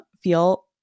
feel